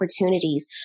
opportunities